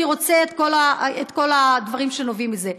אני רוצה את כל הדברים שנובעים מזה.